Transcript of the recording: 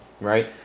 Right